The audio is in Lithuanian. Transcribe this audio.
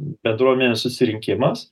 bendruomenės susirinkimas